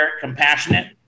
compassionate